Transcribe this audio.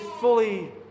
fully